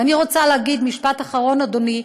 ואני רוצה להגיד משפט אחרון, אדוני,